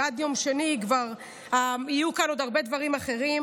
ועד יום שני כבר יהיו כאן עוד הרבה דברים אחרים,